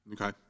Okay